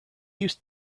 use